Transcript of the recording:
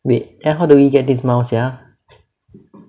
wait then how do we get this mouse sia